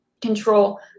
control